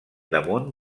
damunt